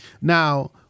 Now